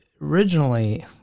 originally